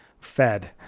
fed